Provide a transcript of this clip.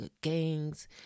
gangs